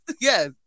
yes